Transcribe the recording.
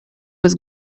was